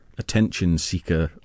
attention-seeker